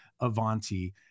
Avanti